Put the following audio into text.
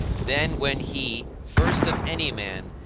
then when he, first of any man,